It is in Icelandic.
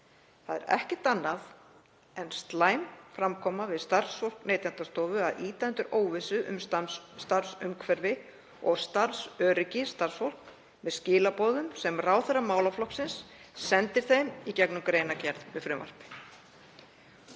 Það er ekkert annað en slæm framkoma við starfsfólk Neytendastofu að ýta undir óvissu um starfsumhverfi og starfsöryggi starfsfólksins með skilaboðum sem ráðherra málaflokksins sendir þeim í gegnum greinargerð með frumvarpi.